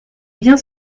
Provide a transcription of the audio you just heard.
bien